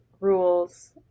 rules